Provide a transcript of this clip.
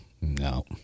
no